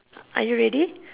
are you ready